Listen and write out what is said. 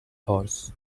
horse